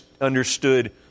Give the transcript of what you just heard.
understood